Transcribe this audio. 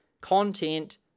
content